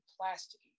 plastic